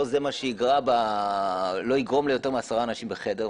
לא זה מה שיגרום ליותר מעשרה אנשים בחדר.